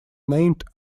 named